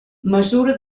mesura